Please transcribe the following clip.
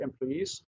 employees